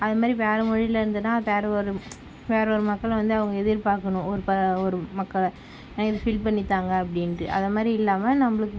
அதுமாதிரி வேறே மொழியில் இருந்ததுன்னா வேறே ஒரு வேறே ஒரு மக்களை வந்து அவங்க எதிர் பார்க்கணும் ஒரு ப மக்களை இதை ஃபில் பண்ணி தாங்க அப்படின்ட்டு அதை மாதிரி இல்லாமல் நம்மளுக்கு